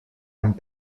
amb